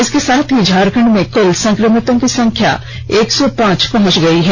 इसके साथ ही झारखण्ड में कुल संक्रमितों की संख्या एक सौ पांच पहुंच गई है